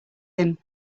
him